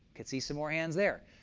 can see some more hands there.